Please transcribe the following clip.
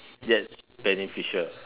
yet beneficial